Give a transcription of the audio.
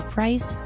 Price